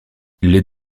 les